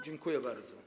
Dziękuję bardzo.